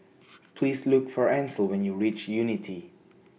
Please Look For Ancel when YOU REACH Unity